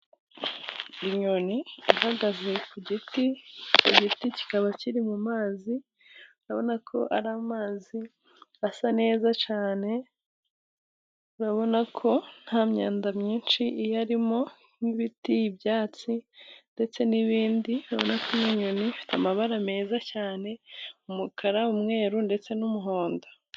Inyoni ihagaze ku giti, igiti kikaba kiri mu mazi urabona ko ari amazi asa neza cyane urabona ko nta myanda myinshi iyarimo nk'ibiti, ibyatsi ndetse n'ibindi. Urabona ko inyoni ifite amabara meza cyane umukara, umweru ndetse n'umuhondo.